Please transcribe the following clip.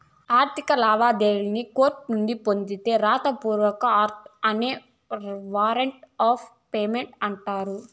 ఆర్థిక లావాదేవీల్లి కోర్టునుంచి పొందే రాత పూర్వక ఆర్డర్స్ నే వారంట్ ఆఫ్ పేమెంట్ అంటన్నారు